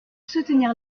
soutenir